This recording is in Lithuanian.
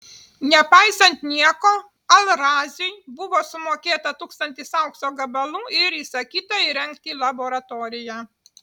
nepaisant nieko al raziui buvo sumokėta tūkstantis aukso gabalų ir įsakyta įrengti laboratoriją